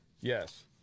Yes